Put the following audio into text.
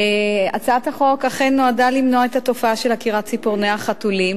הצעת החוק אכן נועדה למנוע את התופעה של עקירת ציפורני החתולים